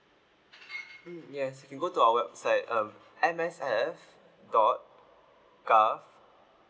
mm yes you can go to our website um M S F dot gov